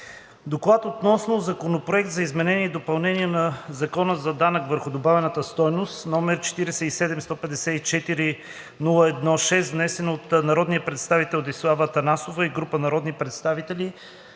„ДОКЛАД относно Законопроект за изменение и допълнение на Закона за данък върху добавената стойност, № 47-154-01-6, внесен от народния представител Десислава Атанасова и група народни представители